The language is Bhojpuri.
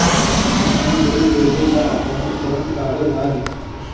किसान लोन लेबे ला कौन कौन कागज लागि?